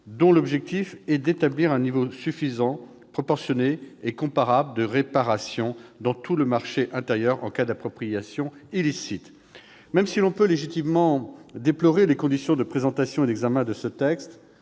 dont l'objectif est d'établir un niveau suffisant, proportionné et comparable de réparation dans tout le marché intérieur en cas d'appropriation illicite. On peut légitimement déplorer les conditions de présentation et d'examen de ce texte